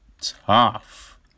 tough